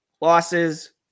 losses